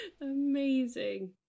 Amazing